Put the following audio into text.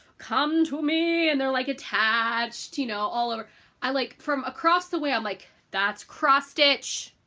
come to me! and they're like attached you know all ah i like from across the way i'm like, that's cross stitch!